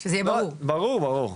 ברור, ברור,